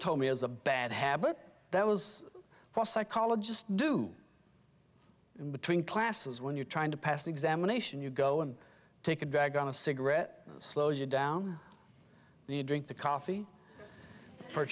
told me as a bad habit that was what psychologist do in between classes when you're trying to pass an examination you go and take a drag on a cigarette slows you down and you drink the coffee